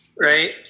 Right